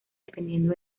dependiendo